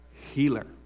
healer